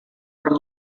from